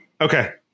okay